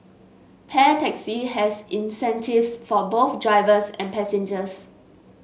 Pair Taxi has incentives for both drivers and passengers